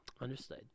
Understood